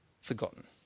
forgotten